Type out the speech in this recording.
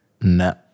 No